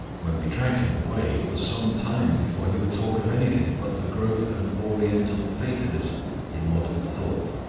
when we dragged him away it was some time before he would talk of anything but the growth of an oriental fatalism in modern thought,